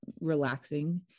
relaxing